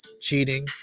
cheating